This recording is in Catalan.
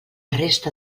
resta